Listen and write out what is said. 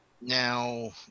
Now